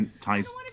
ties